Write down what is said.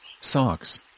socks